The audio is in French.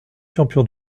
champion